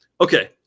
Okay